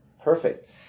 Perfect